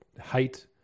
height